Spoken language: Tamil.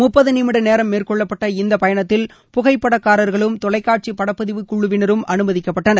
முப்பது நிமிட நேரம் மேறகொள்ளப்பட்ட இந்த பயணத்தில் புகைப்படக்காரர்களும் தொலைக்காட்சி படப்பதிவு குழுவினரும் அனுமதிக்கப்பட்டனர்